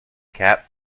cap